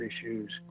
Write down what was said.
issues